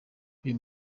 uyu